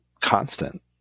constant